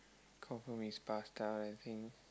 confirm is pasta I think